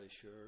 sure